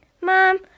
Mom